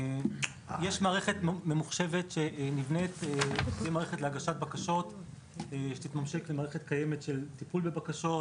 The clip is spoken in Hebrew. יש מערכת ממוחשבת שנבנית שמשיקה למערכת קיימת של טיפול בבקשות.